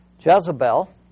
Jezebel